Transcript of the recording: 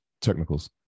technicals